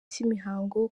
cy’imihango